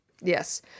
Yes